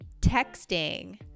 Texting